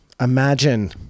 imagine